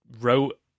wrote